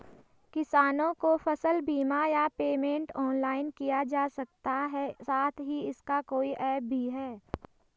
किसानों को फसल बीमा या पेमेंट ऑनलाइन किया जा सकता है साथ ही इसका कोई ऐप भी है?